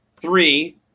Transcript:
three